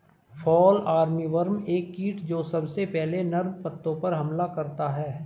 fall armyworm एक कीट जो सबसे पहले नर्म पत्तों पर हमला करता है